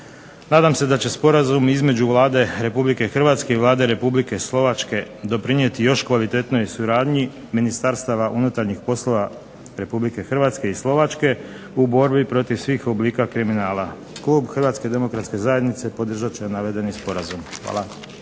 Nadam se da će Sporazum između Vlade Republike Hrvatske i Vlade Republike Slovačke doprinijeti još kvalitetnijoj suradnji ministarstava unutarnjih poslova Republike Hrvatske i Slovačke u borbi protiv svih oblika kriminala. Klub Hrvatske demokratske zajednice podržat će navedeni sporazum. Hvala.